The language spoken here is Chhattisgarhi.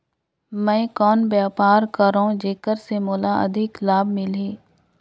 मैं कौन व्यापार करो जेकर से मोला अधिक लाभ मिलही?